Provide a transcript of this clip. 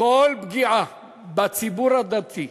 כל פגיעה בציבור הדתי,